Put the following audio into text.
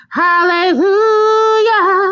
hallelujah